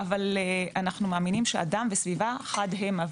אבל אנו מאמינים שאדם וסביבה חד המה.